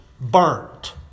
burnt